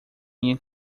minha